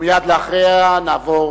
ומייד לאחר מכן נעבור